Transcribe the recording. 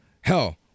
Hell